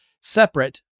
separate